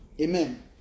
Amen